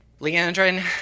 Leandrin